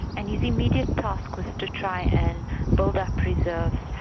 and his immediate task was to try and build up reserves,